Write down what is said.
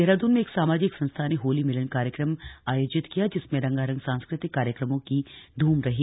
देहरादून में एक सामाजिक संस्था ने होली मिलन कार्यक्रम आयोजित किया जिसमें रंगारंग सांस्कृतिक कार्यक्रमों की धूम रही